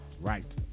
Right